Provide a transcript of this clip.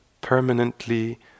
permanently